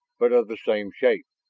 but of the same shape.